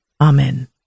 Amen